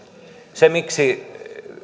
se miksi